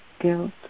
guilt